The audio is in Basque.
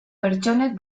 pertsonek